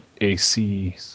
AC